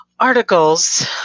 articles